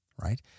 right